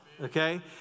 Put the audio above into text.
okay